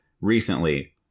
recently